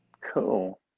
Cool